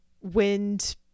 wind